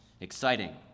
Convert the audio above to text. Exciting